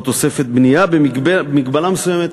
או תוספת בנייה במגבלה מסוימת,